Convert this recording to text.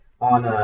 on